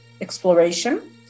exploration